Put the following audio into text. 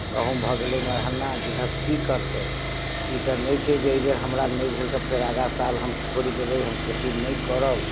गहूँम भऽ गेलै मरहन्ना गृहस्थ की करतै ई तऽ नहि छै जे अइ बेर हमरा नहि भेल तऽ फेर आगाँ साल हम छोड़ि देबै हम खेती नहि करब